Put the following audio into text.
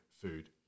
food